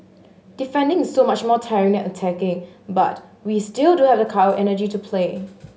defending is so much more tiring than attacking but we still do have the energy to play